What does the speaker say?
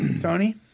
Tony